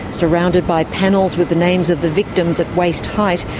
surrounded by panels with the names of the victims at waist height,